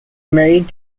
married